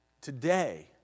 today